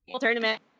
Tournament